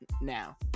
now